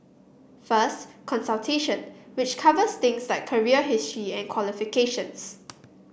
first consultation which covers things like career history and qualifications